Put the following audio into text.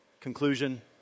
Conclusion